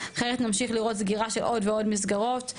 אחרת נמשיך לראות סגירה של עוד ועוד מסגרות.